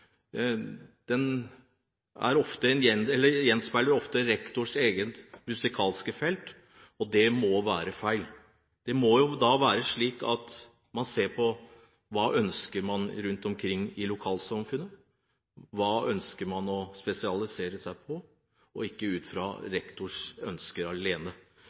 gjenspeiler ofte rektors eget musikalske felt – og det må være feil. Det må være slik at man ser på hva man ønsker rundt omkring i lokalsamfunnene, hva man ønsker å spesialisere seg på – og ikke på rektors ønsker alene.